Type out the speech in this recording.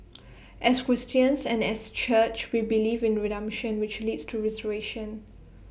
as Christians and as church we believe in redemption which leads to restoration